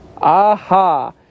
aha